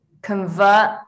convert